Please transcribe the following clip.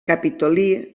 capitolí